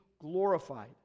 glorified